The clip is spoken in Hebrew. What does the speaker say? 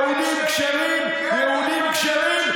יהודים כשרים,